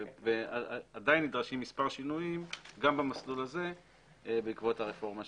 עדיין נדרשים מספר שינויים גם במסלול הזה בעקבות הרפורמה שנעשתה.